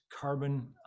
carbon